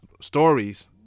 stories